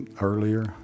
earlier